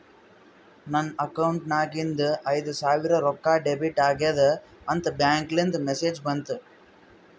ನನ್ ಅಕೌಂಟ್ ನಾಗಿಂದು ಐಯ್ದ ಸಾವಿರ್ ರೊಕ್ಕಾ ಡೆಬಿಟ್ ಆಗ್ಯಾದ್ ಅಂತ್ ಬ್ಯಾಂಕ್ಲಿಂದ್ ಮೆಸೇಜ್ ಬಂತು